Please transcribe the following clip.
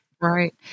right